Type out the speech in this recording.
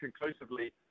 conclusively